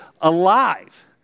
alive